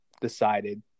decided